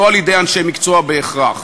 לא על-ידי אנשי מקצוע בהכרח.